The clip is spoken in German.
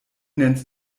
nennst